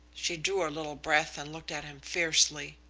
she drew a little breath and looked at him fiercely.